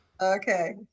Okay